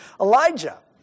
Elijah